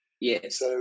Yes